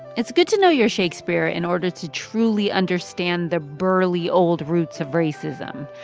it's good to know your shakespeare in order to truly understand the burly, old roots of racism.